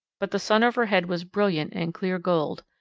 but the sun overhead was brilliant and clear gold,